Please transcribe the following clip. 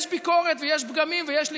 יש ביקורת ויש פגמים ויש ליקויים,